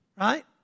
right